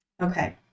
Okay